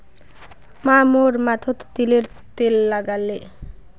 माँ मोर माथोत तिलर तेल लगाले